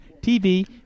TV